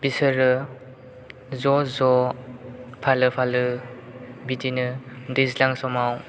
बिसोरो ज' ज' फालो फालो बिदिनो दैज्लां समाव